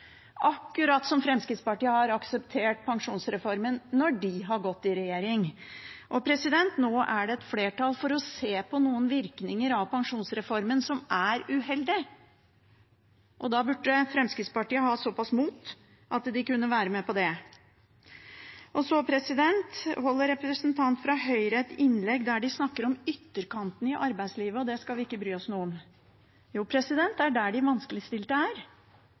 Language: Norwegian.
akkurat som Fremskrittspartiet aksepterte pensjonsreformen da de gikk i regjering. Nå er det flertall for å se på noen uheldige virkninger av pensjonsreformen. Da burde Fremskrittspartiet ha såpass mot at de kunne være med på det. En representant fra Høyre holder et innlegg og snakker om ytterkantene i arbeidslivet og at dem skal vi ikke bry oss noe om. Jo, det er der de vanskeligstilte er,